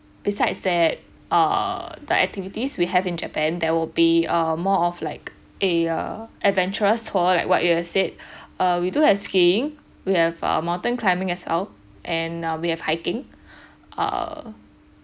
besides that uh the activities we have in japan there will be err more of like a err adventurous tour like what you have said uh we do have skiing we have err mountain climbing as well and uh we have hiking err